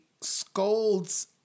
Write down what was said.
scolds